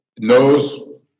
knows